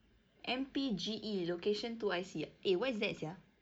M_P_G_E location to I_C eh what is that sia